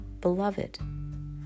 beloved